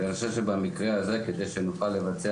ואני חושב שבמקרה הזה כדי שנוכל לבצע